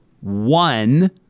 one